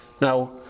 Now